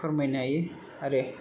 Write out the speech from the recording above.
फोरमायनो हायो आरो